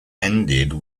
ended